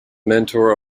mentor